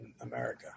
america